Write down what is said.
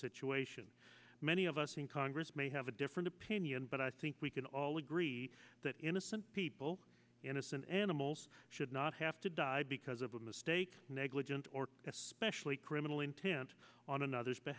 situation many of us in congress may have a different opinion but i think we can all agree that innocent people innocent animals should not have to die because of a mistake negligent or especially criminal intent on another